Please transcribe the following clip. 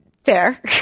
Fair